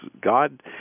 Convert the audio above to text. God